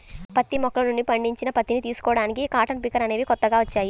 పత్తి మొక్కల నుండి పండిన పత్తిని తీసుకోడానికి కాటన్ పికర్ అనేవి కొత్తగా వచ్చాయి